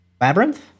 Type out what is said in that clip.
Labyrinth